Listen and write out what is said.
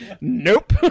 Nope